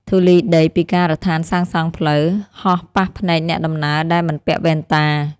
ធូលីដីពីការដ្ឋានសាងសង់ផ្លូវ ហោះប៉ះភ្នែកអ្នកដំណើរដែលមិនពាក់វ៉ែនតា។